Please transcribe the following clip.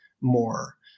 more